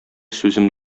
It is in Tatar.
сүзем